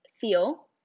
feel